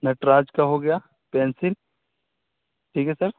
نٹراج کا ہو گیا پنسل ٹھیک ہے سر